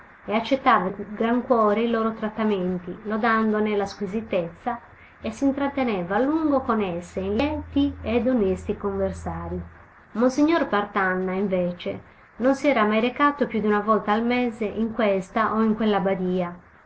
e accettava di gran cuore i loro trattamenti lodandone la squisitezza e si intratteneva a lungo con esse in lieti e onesti conversari monsignor partanna invece non si era mai recato più d'una volta al mese in questa o in quella badia